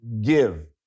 give